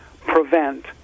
prevent